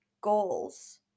goals